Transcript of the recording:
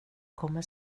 kommer